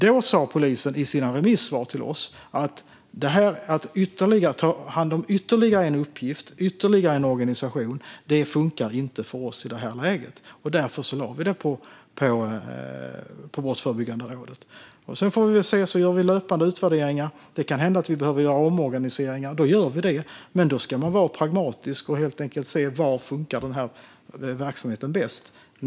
Då sa polisen i sina remissvar till oss att det i det läget inte funkade för dem att ta hand om ytterligare en uppgift och organisation. Därför lade vi det på Brottsförebyggande rådet. Vi gör löpande utvärderingar. Det kan hända att vi behöver göra omorganiseringar, och då gör vi det. Men då ska man vara pragmatisk och se var den här verksamheten funkar bäst.